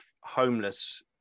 homeless